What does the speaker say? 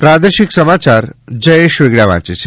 પ્રાદેશિક સમાચાર જયેશ વેગડા વાંચે છે